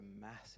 massive